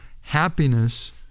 happiness